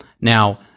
now